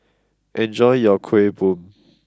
enjoy your Kuih Bom